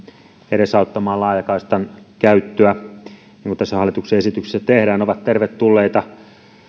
edesauttamaan laajakaistan käyttöä niin kuin tässä hallituksen esityksessä tehdään ovat tervetulleita